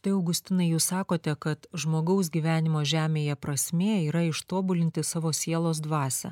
tai augustinai jūs sakote kad žmogaus gyvenimo žemėje prasmė yra ištobulinti savo sielos dvasią